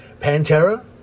Pantera